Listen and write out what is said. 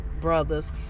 brothers